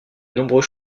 nombreux